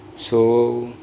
so